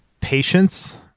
patience